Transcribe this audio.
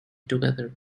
together